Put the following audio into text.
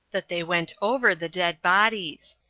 that they went over the dead bodies.